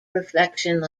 reflection